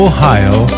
Ohio